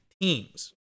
teams